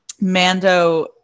mando